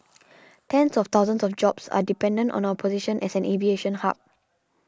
tens of thousands of jobs are dependent on our position as an aviation hub